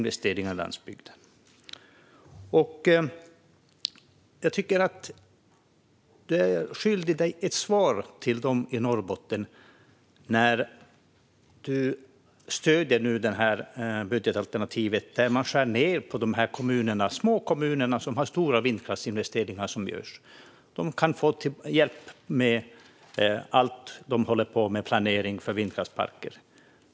Du är skyldig dem i Norrbotten ett svar när du stöder budgetalternativet där man skär ned på stödet till de små kommuner som gör stora vindkraftsinvesteringar. De har kunnat få hjälp med allt vad gäller planeringen av vindkraftsparker.